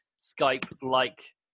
Skype-like